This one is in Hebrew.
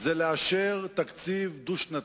זה אישור תקציב דו-שנתי.